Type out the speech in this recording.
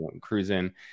cruising